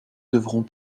devront